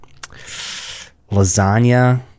lasagna